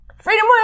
Freedom